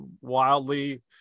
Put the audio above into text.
wildly